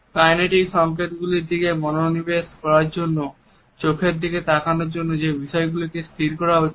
kinetic সংকেত গুলির দিকে মনোনিবেশ করার জন্য চোখের দিকে তাকানোর জন্য যে বিষয়টিকে স্থির করা হচ্ছে